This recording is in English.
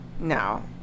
No